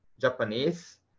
japanese